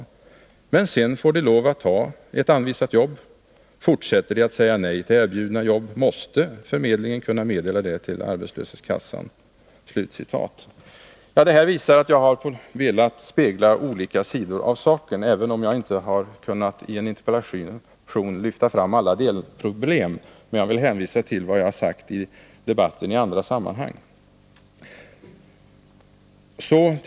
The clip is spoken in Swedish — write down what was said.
Men sen får de lov att ta ett anvisat jobb. Fortsätter de att säga nej till erbjudna jobb måste förmedlingen kunna meddela det till arbetslöshetskassan.” Detta visar att jag har velat spegla olika sidor av saken, även om jag i en interpellation inte har kunnat lyfta fram alla delproblem. Jag vill hänvisa till vad jag har sagt i debatten i andra sammanhang.